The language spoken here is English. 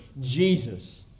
Jesus